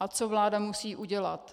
a co vláda musí udělat.